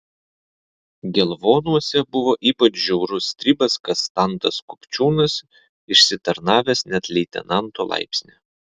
gelvonuose buvo ypač žiaurus stribas kastantas kupčiūnas išsitarnavęs net leitenanto laipsnį